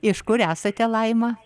iš kur esate laima